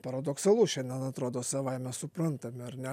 paradoksalu šiandien atrodo savaime suprantami ar ne